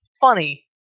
funny